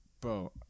Bro